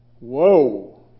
Whoa